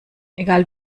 egal